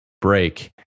break